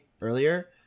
earlier